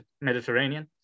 Mediterranean